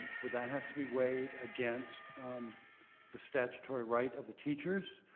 but that has to be weighed against um the statutory right of the teachers,